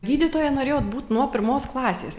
gydytoja norėjot būt nuo pirmos klasės